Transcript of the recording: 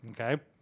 okay